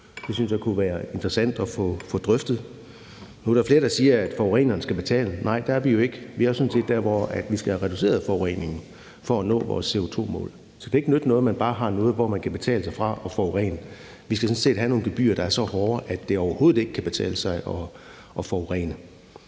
Det synes jeg kunne være interessant at få drøftet. Nu er der flere, der siger, at forureneren skal betale – nej, der er vi jo ikke. Vi er sådan set der, hvor vi skal have reduceret forureningen for at nå vores CO2-mål. Så det kan ikke nytte noget, at man bare har noget, hvor man kan betale sig fra at forurene. Vi skal sådan set have nogle gebyrer, der er så hårde, at det overhovedet ikke kan betale sig at forurene.